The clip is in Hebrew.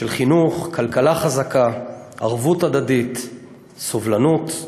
של חינוך, כלכלה חזקה, ערבות הדדית, סובלנות,